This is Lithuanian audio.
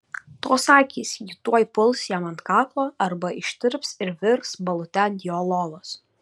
tos akys ji tuoj puls jam ant kaklo arba ištirps ir virs balute ant jo lovos